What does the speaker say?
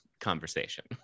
conversation